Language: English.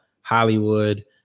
Hollywood